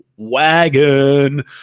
wagon